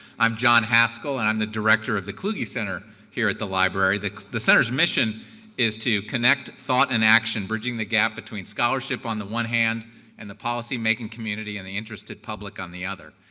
i'm john haskell and i'm the director of the kluge center here at the library. the the center's mission is to connect thought and action, bridging the gap between scholarship on the one hand and the policymaking community and the interested public on the other.